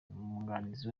umwunganizi